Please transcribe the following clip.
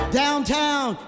downtown